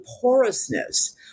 porousness